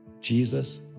Jesus